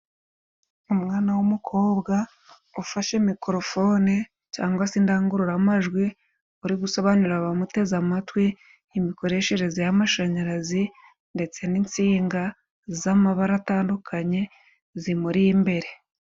Umwana w'umukobwa, ufashe mikorofone cyangwa se indangururamajwi, uri gusobanurira abamuteze amatwi imikoreshereze y’amashanyarazi, ndetse n’insinga z’amabara atandukanye, zimuri imbere.